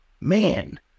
man